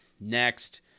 Next